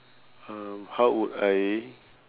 um how would I